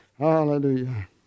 Hallelujah